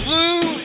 Blue